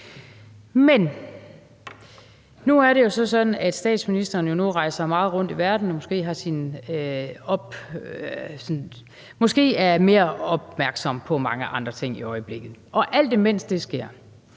Men nu er det jo så sådan, at statsministeren rejser meget rundt i verden og måske er mere opmærksom på mange andre ting i øjeblikket. Og alt imens det sker,